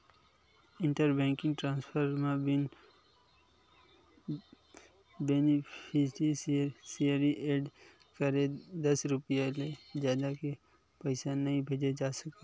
inter banking transfer म बिन beneficiary add करे दस रूपिया ले जादा के पइसा नइ भेजे जा सकय